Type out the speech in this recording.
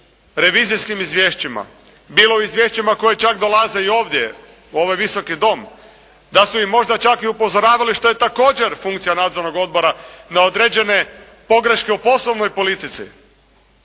revizijskim izvješćima, bilo u izvješćima koja čak dolaze i ovdje u ovaj Visoki dom. Da su i možda čak i upozoravali što je također funkcija nadzornog odbora na određene pogreške u poslovnoj politici,